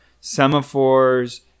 semaphores